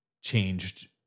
changed